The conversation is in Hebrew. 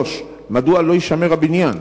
3. מדוע לא יישמר הבניין?